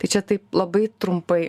tai čia taip labai trumpai